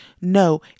No